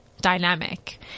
Dynamic